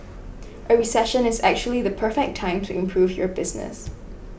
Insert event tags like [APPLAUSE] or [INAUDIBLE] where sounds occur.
[NOISE] a recession is actually the perfect time to improve your business